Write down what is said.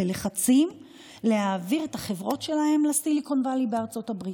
בלחצים להעביר את החברות שלהם ל-Silicon Valley בארצות הברית.